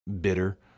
bitter